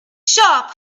shop